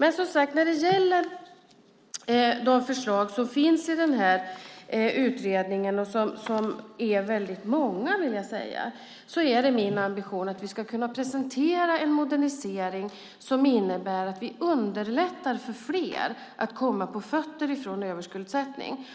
Men, som sagt, när det gäller de förslag som finns i den här utredningen och som är väldigt många, vill jag säga, är min ambition att vi ska kunna presentera en modernisering som innebär att vi underlättar för fler att komma på fötter från överskuldsättning.